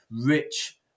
rich